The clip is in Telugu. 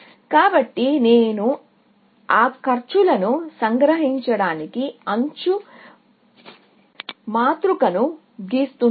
కాబట్టి నేను ఆ కాస్ట్లను సంగ్రహించడానికి ఎడ్జ్ మాతృకను గీస్తున్నాను